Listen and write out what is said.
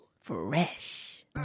fresh